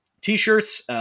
t-shirts